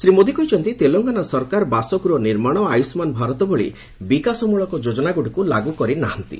ଶ୍ରୀ ମୋଦି କହିଛନ୍ତି ତେଲଙ୍ଗନା ସରକାର ବାସଗୃହ ନିର୍ମାଣ ଓ ଆୟୁଷ୍ମାନ ଭାରତ ଭଳି ବିକାଶ ମୂଳକ ଯୋଜନାଗୁଡିକୁ ଲାଗୁ କରିନାହାନ୍ତି